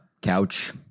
Couch